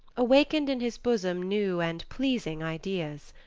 awakened in his bosom new and pleasing ideas.